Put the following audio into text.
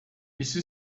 isso